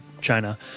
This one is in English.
China